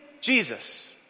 Jesus